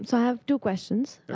so i have two questions.